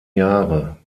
jahre